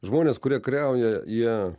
žmones kurie kariauja jie